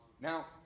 Now